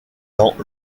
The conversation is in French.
dans